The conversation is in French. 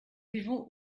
vivons